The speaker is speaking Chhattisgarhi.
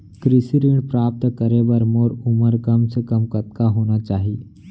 कृषि ऋण प्राप्त करे बर मोर उमर कम से कम कतका होना चाहि?